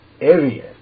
area